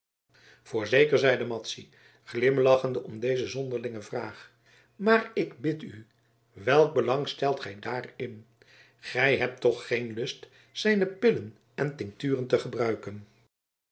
voorzeker zeide madzy glimlachende om deze zonderlinge vraag maar ik bid u welk belang stelt gij daarin gij hebt toch geen lust zijne pillen en tincturen te gebruiken